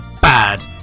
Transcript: bad